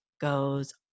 goes